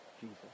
Jesus